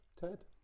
ted